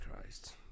Christ